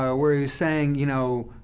ah where he was saying, you know,